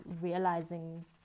realizing